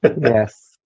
yes